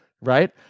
right